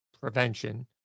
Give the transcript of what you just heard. Prevention